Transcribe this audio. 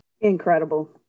Incredible